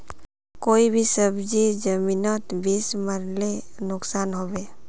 कोई भी सब्जी जमिनोत बीस मरले नुकसान होबे?